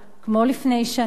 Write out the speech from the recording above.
כמו לפני שנה,